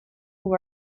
who